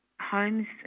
homes